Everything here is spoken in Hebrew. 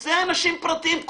זה אנשים פרטיים.